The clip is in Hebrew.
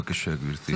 בבקשה, גברתי.